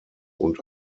und